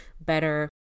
better